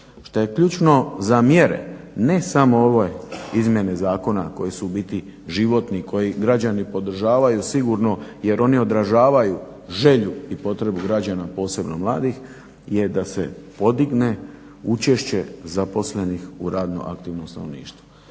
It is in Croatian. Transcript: što je ključno za mjere ne samo ove izmjene zakona koje su u biti životne i koje građani podržavaju sigurno jer oni odražavaju želju i potrebu građana posebno mladih je da se podigne učešće zaposlenih u radno aktivnom stanovništvu.